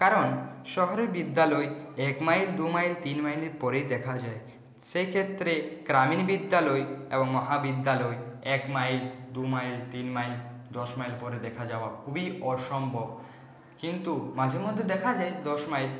কারণ শহরের বিদ্যালয় এক মাইল দু মাইল তিন মাইলের পরে দেখা যায় সেক্ষেত্রে গ্রামীণ বিদ্যালয় এবং মহাবিদ্যালয় এক মাইল দু মাইল তিন মাইল দশ মাইল পরে দেখা যাওয়া খুবই অসম্ভব কিন্তু মাঝেমধ্যে দেখা যায় দশ মাইল